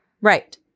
Right